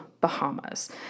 Bahamas